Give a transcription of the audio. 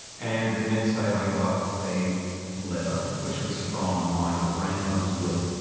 and the next day i got a letter, which was from my grandmother's will.